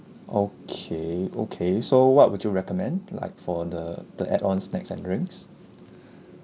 okay okay so what would you recommend like for the the add on snacks and drinks